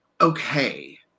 okay